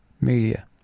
media